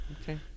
Okay